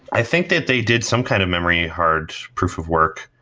i think that they did some kind of memory hard proof of work,